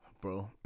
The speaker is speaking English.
bro